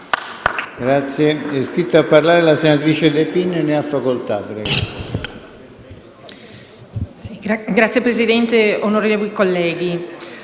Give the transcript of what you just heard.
Grazie